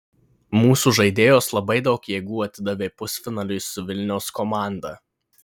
mūsų žaidėjos labai daug jėgų atidavė pusfinaliui su vilniaus komanda